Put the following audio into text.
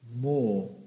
More